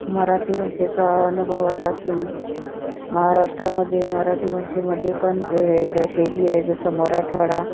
मराठी भाषेचा अनुभव असा की महाराष्ट्रामध्ये मराठी भाषेमध्ये पण वेगवेगळ्या शैली आहे जसं मराठवाडा